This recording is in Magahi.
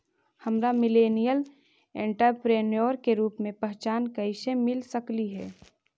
हमरा मिलेनियल एंटेरप्रेन्योर के रूप में पहचान कइसे मिल सकलई हे?